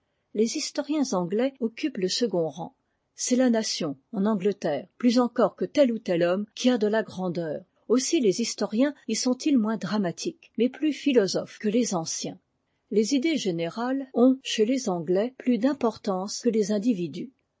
les historiens anglais occupent le second rang c'est la nation en angleterre plus encore que tel ou tel homme qui a de la grandeur aussi les historiens y sont-ils moins dramatiques mais plus philosophes que les anciens les idées générales ont chez les anglais plus d'importance que les individus